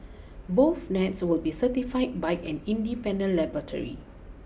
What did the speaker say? both nets will be certified by an independent laboratory